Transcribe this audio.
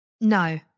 no